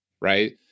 right